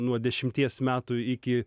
nuo dešimties metų iki